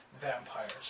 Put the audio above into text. vampires